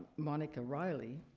monica riley.